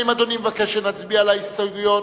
האם אדוני מבקש שנצביע על ההסתייגויות?